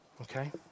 Okay